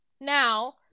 now